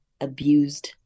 abused